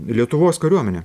lietuvos kariuomenė